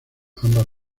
ambas